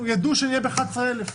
ידעו שנהיה ב-11,000,